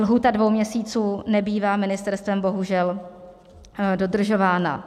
Lhůta dvou měsíců nebývá ministerstvem bohužel dodržována.